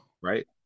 right